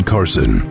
Carson